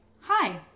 Hi